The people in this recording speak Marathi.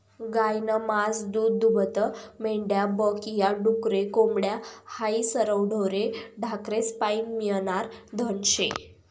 गायनं मास, दूधदूभतं, मेंढ्या बक या, डुकरे, कोंबड्या हायी सरवं ढोरे ढाकरेस्पाईन मियनारं धन शे